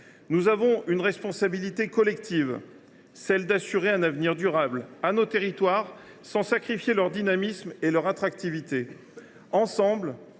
Nous avons une responsabilité collective, celle d’assurer un avenir durable à nos territoires sans sacrifier leur dynamisme et leur attractivité.